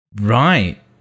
right